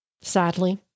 Sadly